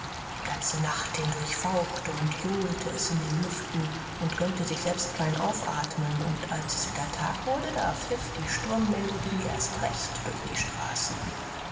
die ganze nacht hindurch fauchte und johlte es in den lüften und gönnte sich selbst kein aufatmen und als es wieder tag wurde da pfiff die sturmmelodie erst recht durch die straßen